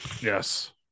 Yes